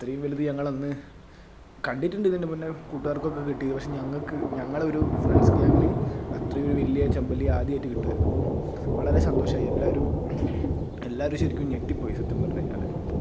ഇത്രയും വലുത് ഞങ്ങളന്ന് കണ്ടിട്ടുണ്ട് ഇതിന് മുൻപേ കൂട്ടുകാർക്കൊക്കെ കിട്ടിയത് പക്ഷേ ഞങ്ങൾക്ക് ഞങ്ങളൊരു ഫ്രണ്ട്സ് ഗ്യാങ്ങിന് അത്രയൊരു വലിയ ചെമ്പല്ലി ആദ്യമായിട്ട് കിട്ടുകയായിരുന്നു അപ്പോൾ വളരെ സന്തോഷമായി എല്ലാവരും എല്ലാവരും ശരിക്കും ഞെട്ടിപ്പോയി സത്യം പറഞ്ഞ് കഴിഞ്ഞാൽ